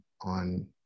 on